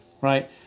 right